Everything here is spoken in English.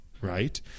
right